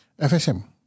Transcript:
FSM